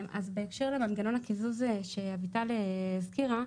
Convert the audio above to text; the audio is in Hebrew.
אז בהקשר למנגנון הקיזוז שאביטל הזכירה,